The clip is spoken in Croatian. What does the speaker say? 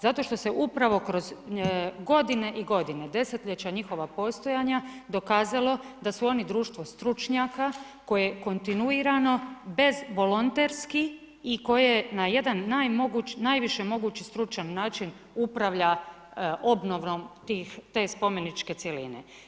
Zato što se upravo kroz godine i godine, desetljeća njihova postojanja dokazalo da su oni Društvo stručnjaka koje kontinuirano bez volonterski i koje na jedan najviše mogući stručan način upravlja obnovom te spomeničke cjeline.